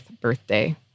birthday